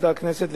מחליטה הכנסת,